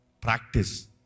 practice